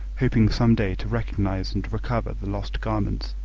hoping some day to recognise and recover the lost garments.